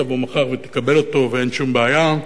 תבוא מחר ותקבל אותו, אין שום בעיה.